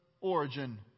origin